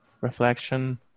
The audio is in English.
reflection